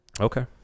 Okay